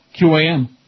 QAM